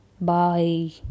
Bye